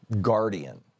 Guardian